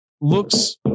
looks